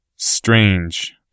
Strange